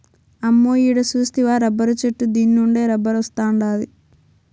అమ్మో ఈడ సూస్తివా రబ్బరు చెట్టు దీన్నుండే రబ్బరొస్తాండాది